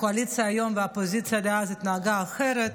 הקואליציה היום והאופוזיציה דאז התנהגו אחרת.